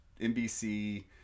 NBC